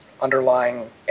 underlying